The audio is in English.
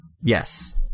Yes